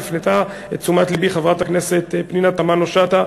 הפנתה את תשומת לבי חברת הכנסת פנינה תמנו-שטה,